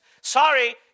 sorry